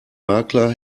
makler